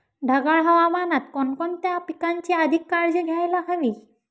ढगाळ हवामानात कोणकोणत्या पिकांची अधिक काळजी घ्यायला हवी?